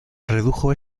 redujo